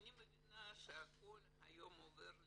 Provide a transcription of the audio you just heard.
אני מבינה שהכל היום עובר לאינטרנט,